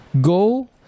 go